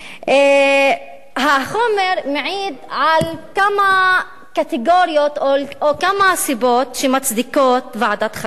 החומר מעיד על כמה סיבות שמצדיקות ועדת חקירה.